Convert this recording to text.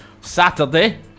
Saturday